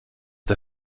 der